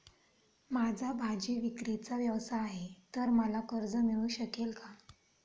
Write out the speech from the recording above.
माझा भाजीविक्रीचा व्यवसाय आहे तर मला कर्ज मिळू शकेल का?